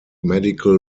medical